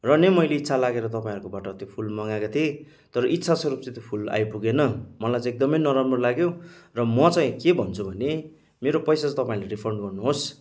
र नै मैले इच्छा लागेर तपाईँहरूकोबाट त्यो फुल मगाएको थिएँ तर इच्छा स्वरूप चाहिँ त्यो फुल आइपुगेन मलाई चाहिँ एकदमै नराम्रो लाग्यो र म चाहिँ के भन्छु भने मेरो पैसा चाहिँ तपाईँहरूले रिफन्ड गर्नुहोस्